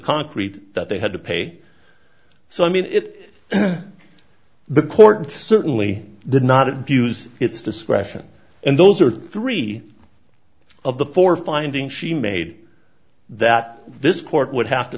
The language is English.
concrete that they had to pay so i mean it the court certainly did not abuse its discretion and those are three of the four finding she made that this court would have to